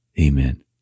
Amen